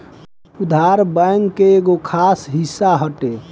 उधार, बैंक के एगो खास हिस्सा हटे